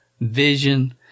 vision